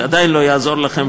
שעדיין לא יעזור לכם,